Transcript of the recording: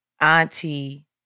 auntie